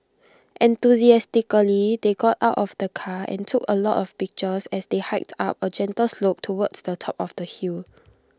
enthusiastically they got out of the car and took A lot of pictures as they hiked up A gentle slope towards the top of the hill